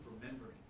remembering